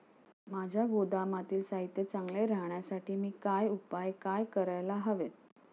माझ्या गोदामातील साहित्य चांगले राहण्यासाठी मी काय उपाय काय करायला हवेत?